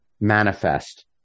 manifest